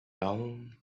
down